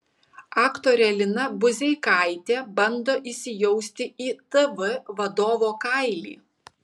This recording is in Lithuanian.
aktorė lina budzeikaitė bando įsijausti į tv vadovo kailį